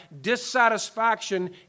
dissatisfaction